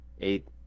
eight